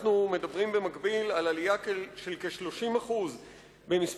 אנחנו מדברים במקביל על עלייה של כ-30% במספר